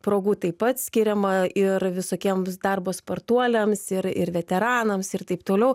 progų taip pat skiriama ir visokiems darbo spartuoliams ir ir veteranams ir taip toliau